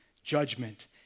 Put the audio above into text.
Judgment